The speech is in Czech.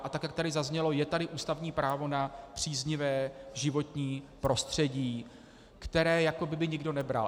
A tak jak tady zaznělo, je tady ústavní právo na příznivé životní prostředí, které jako by nikdo nebral.